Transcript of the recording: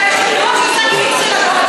מה זו ההתכנסות שם?